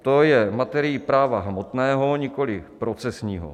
To je materií práva hmotného, nikoliv procesního.